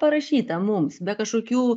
parašyta mums be kažkokių